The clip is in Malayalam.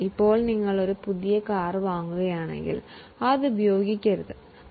ഇപ്പോൾ നിങ്ങൾ ഒരു പുതിയ കാർ വാങ്ങി എന്ന് കരുതുക പക്ഷെ അത് നിങ്ങൾ ഉപയോഗിചിട്ടില്ല